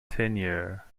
tenure